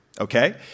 okay